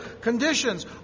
conditions